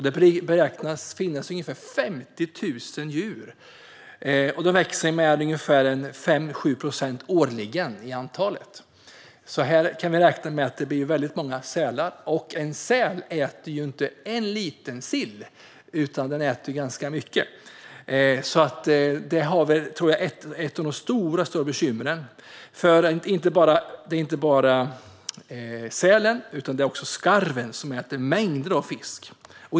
Det beräknas finnas ungefär 50 000 djur. Stammen växer med 5-7 procent årligen. Det blir väldigt många sälar, och en säl äter ju inte bara en liten sill, utan den äter ganska mycket. Där har vi ett av de stora bekymren. Men inte bara sälen utan också skarven äter mängder av fisk.